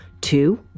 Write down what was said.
two